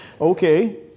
Okay